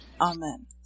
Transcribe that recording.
Amen